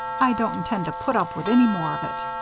i don't intend to put up with any more of it.